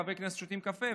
חברי הכנסת שותים קפה,